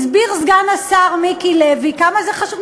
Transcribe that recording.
הסביר סגן השר מיקי לוי כמה זה חשוב.